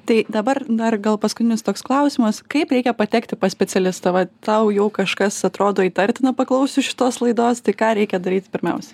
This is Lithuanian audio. tai dabar dar gal paskutinis toks klausimas kaip reikia patekti pas specialistą va tau jau kažkas atrodo įtartina paklausius šitos laidos tai ką reikia daryt pirmiausia